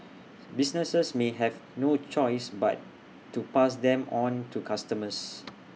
businesses may have no choice but to pass them on to customers